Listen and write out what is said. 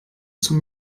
zum